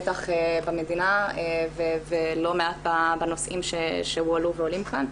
בטח במדינה ולא מעט בנושאים שהועלו ועולים כאן,